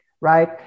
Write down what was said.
right